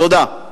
תודה.